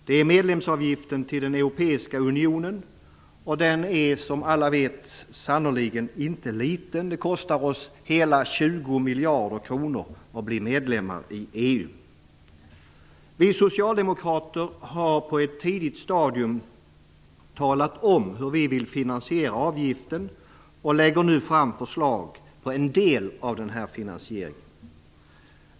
Det är medlemsavgiften till den europeiska unionen. Och den är som alla vet sannerligen inte liten. Det kostar oss hela 20 miljarder kronor att bli medlemmar i EU. Vi socialdemokrater har på ett tidigt stadium talat om hur vi vill finansiera avgiften och lägger nu fram förslag på en del av denna finansiering.